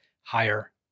higher